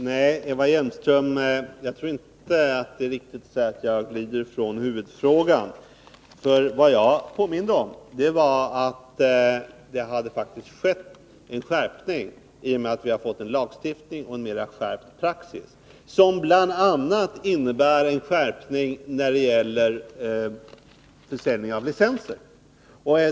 Herr talman! Nej, Eva Hjelmström, jag tror inte det är riktigt att säga att jag glider ifrån huvudfrågan. Jag påminde om att det faktiskt skedde en skärpning i och med att vi fick en lagstiftning och en skärpt praxis, som bl.a. innebär en skärpning när det gäller försäljning av licenser.